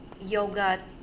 yoga